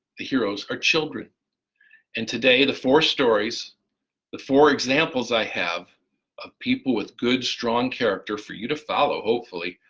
the heroes are children and today the four stories the four examples i have of people with good strong character for you to follow, hopefully,